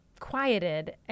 quieted